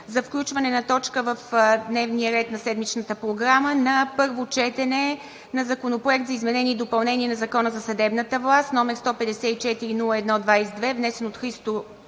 за включване на точка в дневния ред на седмичната програма на Първо четене на: Законопроект за изменение и допълнение на Закона за съдебната власт, № 154-01-22, внесен от Христо